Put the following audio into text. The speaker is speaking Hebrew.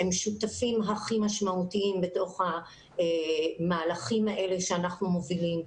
הם שותפים הכי משמעותיים בתוך המהלכים האלה שאנחנו מובילים.